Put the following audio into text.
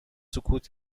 سکوت